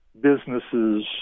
businesses